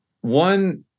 one